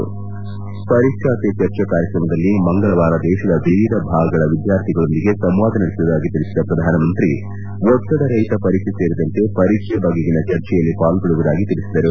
ಪರೀಕ್ಷಾ ಪೆ ಚರ್ಚಾ ಕಾರ್ಯಕ್ರಮದಲ್ಲಿ ಮಂಗಳವಾರ ದೇಶದ ವಿವಿಧ ಭಾಗಗಳ ವಿದ್ಯಾರ್ಥಿಗಳೊಂದಿಗೆ ಸಂವಾದ ನಡೆಸುವುದಾಗಿ ತಿಳಿಸಿದ ಪ್ರಧಾನಮಂತ್ರಿ ಒತ್ತಡರಹಿತ ಪರೀಕ್ಷೆ ಸೇರಿದಂತೆ ಪರೀಕ್ಷೆ ಬಗೆಗಿನ ಚರ್ಚೆಯಲ್ಲಿ ಪಾಲ್ಗೊಳ್ಳುವುದಾಗಿ ತಿಳಿಸಿದರು